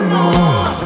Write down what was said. more